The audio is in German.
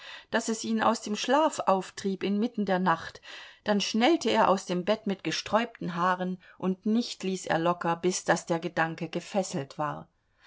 daß es ihn aus dem schlaf auftrieb inmitten der nacht dann schnellte er aus dem bett mit gesträubten haaren und nicht ließ er locker bis daß der gedanke gefesselt war